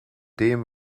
dem